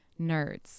nerds